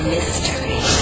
Mystery